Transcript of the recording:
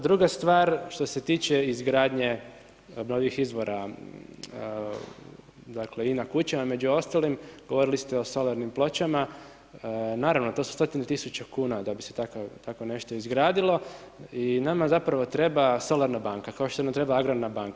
Druga stvar, što se tiče izgradnje obnovljivih izvora i na kućama među ostalim, govorili ste o solarnim pločama, naravno to su stotine tisuća kuna da bi se tako nešto izgradilo i nama zapravo treba solarna banka, kao što nam treba agrarna banka.